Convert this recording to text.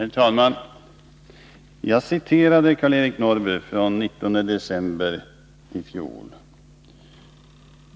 Herr talman! Jag citerade ett uttalande av Karl-Eric Norrby den 19 december i fjol.